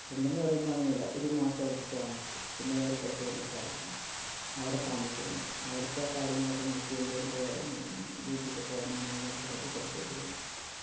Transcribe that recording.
ടെൻ്റെന്ന് പറയുമ്പം അങ്ങനെ അല്ല ഒരു മാസം ഒരു ഇടത്ത് താമസിച്ചു പിന്നെ വേറെ സ്ഥലത്ത് കൊണ്ടു സ്ഥാപിക്കുന്നു അവിടെ താമസിക്കുന്നു അവിടത്തെ കാര്യങ്ങളൊക്കെ നടത്തി എന്തെങ്കിലും ഡ്യൂട്ടിക്കൊക്കെ വന്നാണ് അത് നടത്തി മറ്റൊരു സ്ഥലത്തേക്ക് പോകുന്നു